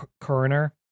coroner